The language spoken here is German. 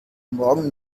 morgen